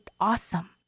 awesome